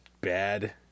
Bad